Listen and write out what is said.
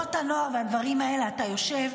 תנועות הנוער והדברים האלה, ואתה יושב,